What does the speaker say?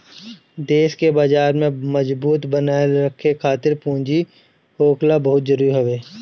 देस के बाजार में मजबूत बनल रहे खातिर पूंजी के होखल बहुते जरुरी हवे